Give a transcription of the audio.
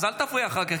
אז אל תפריע אחר כך,